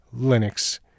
Linux